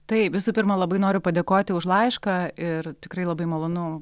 tai visų pirma labai noriu padėkoti už laišką ir tikrai labai malonu